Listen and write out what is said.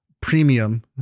premium